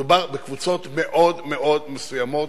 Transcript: מדובר בקבוצות מאוד מאוד מסוימות,